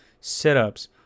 sit-ups